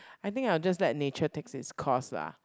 I think I'll just let nature take it's course lah